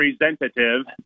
representative